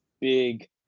big